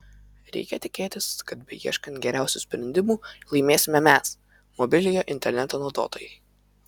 reikia tikėtis kad beieškant geriausių sprendimų laimėsime mes mobiliojo interneto naudotojai